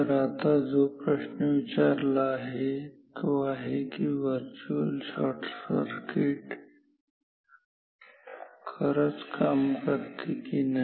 तर आता जो प्रश्न विचारला आहे तो आहे की व्हर्च्युअलशॉर्टसर्किट खरंच काम करते की नाही